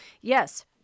yes